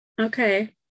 Okay